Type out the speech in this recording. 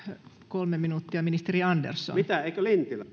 kolme minuuttia ministeri andersson